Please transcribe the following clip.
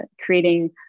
creating